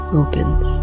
opens